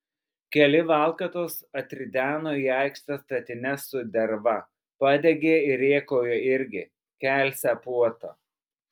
keli valkatos atrideno į aikštę statines su derva padegė ir rėkauja irgi kelsią puotą